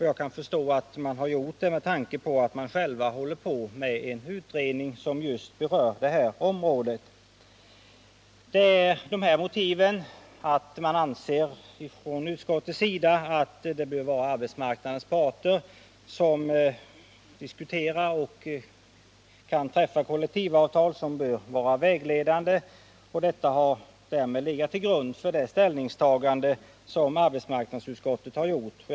Jag kan förstå att man har gjort det med tanke på att LO själv håller på med en utredning som berör detta område. Utskottet anser alltså att det är arbetsmarknadens parter som bör diskutera denna fråga och träffa kollektivavtal, som blir vägledande. Detta har legat till grund för arbetsmarknadsutskottets ställningstagande.